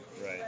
right